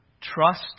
Trust